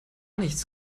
nichts